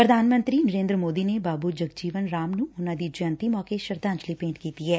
ਪ੍ਰਧਾਨ ਮੰਤਰੀ ਨਰੇਂਦਰ ਮੋਦੀ ਨੇ ਅੱਜ ਬਾਬੂ ਜਗਜੀਵਨ ਰਾਮ ਨੂੰ ਉਨੂਾਂ ਦੀ ਜੈਯੰਤੀ ਮੌਕੇ ਸ਼ਰਧਾਂਜਲੀ ਭੇਂਟ ਕੀਤੀ ਐ